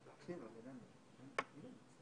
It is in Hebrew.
את הדיון הזה קבענו פעמיים,